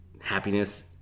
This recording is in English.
Happiness